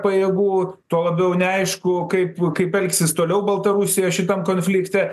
pajėgų tuo labiau neaišku kaip kaip elgsis toliau baltarusija šitam konflikte